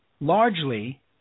largely